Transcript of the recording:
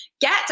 Get